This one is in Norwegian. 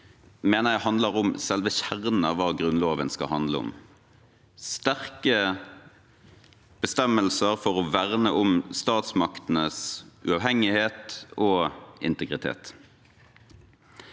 dag, mener jeg handler om selve kjernen av hva Grunnloven skal handle om: sterke bestemmelser for å verne om statsmaktenes uavhengighet og integritet.